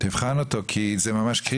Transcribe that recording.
תבחן אותו, כי זה ממש קריטי בשביל המשפחות האלה.